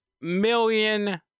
million